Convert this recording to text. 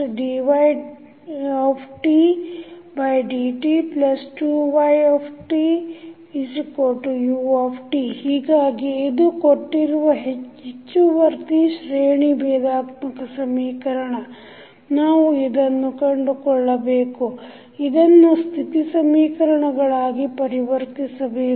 d3ydt35d2ydt2dydt2ytu ಹೀಗಾಗಿ ಇದು ಕೊಟ್ಟಿರುವ ಹೆಚ್ಚುವರ್ತಿ ಶ್ರೇಣಿ ಭೇದಾತ್ಮಕ ಸಮೀಕರಣ ನಾವು ಇದನ್ನು ಕಂಡುಕೊಳ್ಳಬೇಕು ಇದನ್ನು ಸ್ಥಿತಿ ಸಮೀಕರಣಗಳಾಗಿ ಪರಿವರ್ತಿಸಬೇಕು